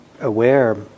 aware